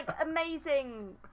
amazing